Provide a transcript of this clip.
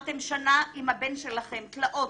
עברת שנה עם הבן שלכם, תלאות.